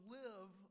live